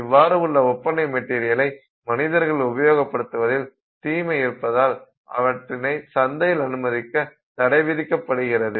இவ்வாறு உள்ள ஒப்பனைப் மெட்டீரியலை மனிதர்கள் உபயோகப்படுத்துவதில் தீமை இருப்பதால் அவற்றினை சந்தையில் அனுமதிக்க தடை விதிக்கப்படுகிறது